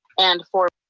and for.